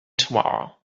tomorrow